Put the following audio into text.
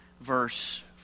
verse